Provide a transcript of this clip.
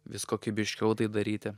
vis kokybiškiau tai daryti